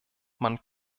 man